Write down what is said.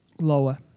lower